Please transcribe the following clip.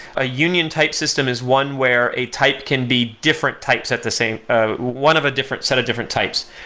a union type system is one where a type can be different types at the same ah one of a different, set of different types.